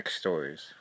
stories